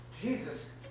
Jesus